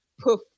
poof